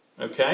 okay